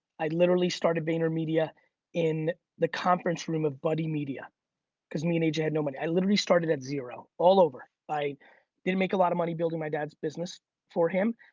i literally started vaynermedia in the conference room of buddy media cause me and aj had no money. i literally started at zero, all over. i didn't make a lot of money building my dad's business for him.